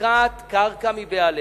מופקעת קרקע מבעליה.